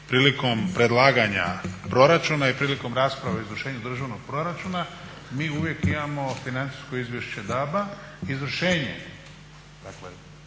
prilikom predlaganja proračuna i prilikom rasprave o izvršenju državnog proračuna mi uvijek imamo financijsko izvješće DAB-a, izvršenje